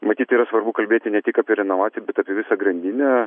matyt yra svarbu kalbėti ne tik apie renovaciją bet apie visą grandinę